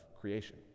creation